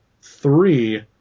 three